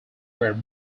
were